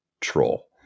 Troll